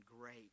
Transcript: great